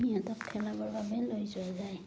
সিহঁতক খেলাবৰ বাবে লৈ যোৱা যায়